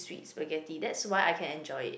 sweet spaghetti that's why I can enjoy it